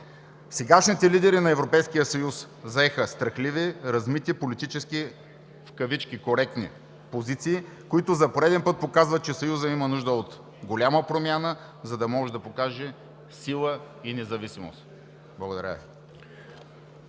Сегашните лидери на Европейския съюз заеха страхливи, размити, политически „коректни“ позиции, които за пореден път показват, че Съюзът има нужда от голяма промяна, за да може да покаже сила и независимост. Благодаря